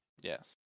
Yes